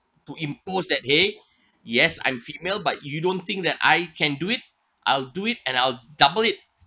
to impose that !hey! yes I'm female but you don't think that I can do it I'll do it and I'll double it